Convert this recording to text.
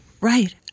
right